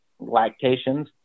lactations